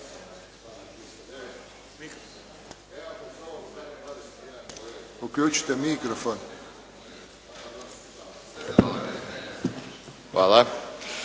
Hvala.